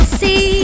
see